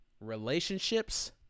relationships